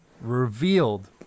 revealed